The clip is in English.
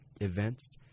events